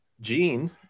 Gene